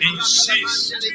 Insist